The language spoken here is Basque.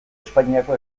espainiako